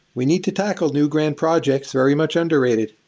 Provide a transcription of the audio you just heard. we need to tackle new grand projects. very much underrated.